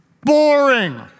boring